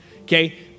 Okay